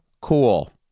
cool